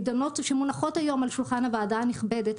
שמונחות היום על שולחן הוועדה הנכבדת,